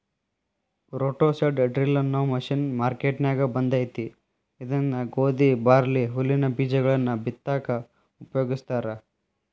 roto seed drill ಅನ್ನೋ machine ಮಾರ್ಕೆನ್ಯಾಗ ಬಂದೇತಿ ಇದನ್ನ ಗೋಧಿ, ಬಾರ್ಲಿ, ಹುಲ್ಲಿನ ಬೇಜಗಳನ್ನ ಬಿತ್ತಾಕ ಉಪಯೋಗಸ್ತಾರ